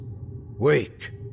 Wake